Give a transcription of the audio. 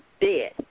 dead